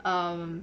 um